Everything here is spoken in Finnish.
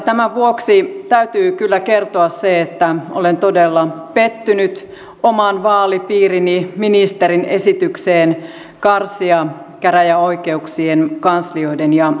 tämän vuoksi täytyy kyllä kertoa se että olen todella pettynyt oman vaalipiirini ministerin esitykseen karsia käräjäoikeuksien kanslioiden ja istuntopaikkojen määrää